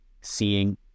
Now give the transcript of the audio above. seeing